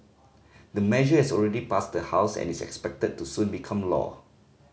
the measure has already passed the House and is expected to soon become law